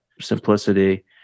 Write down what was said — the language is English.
simplicity